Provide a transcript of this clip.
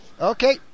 Okay